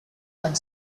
and